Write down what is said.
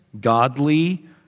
godly